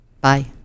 bye